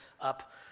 up